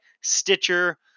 Stitcher